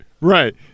right